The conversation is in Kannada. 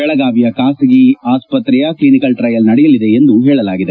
ಬೆಳಗಾವಿಯ ಖಾಸಗಿಯಲ್ಲಿ ಆಸ್ಪತ್ರೆ ಕ್ಷಿನಿಕಲ್ ಟ್ರಿಯಲ್ ನಡೆಯಲಿದೆ ಎಂದು ಹೇಳಲಾಗಿದೆ